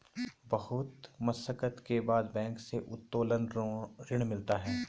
बहुत मशक्कत के बाद बैंक से उत्तोलन ऋण मिला है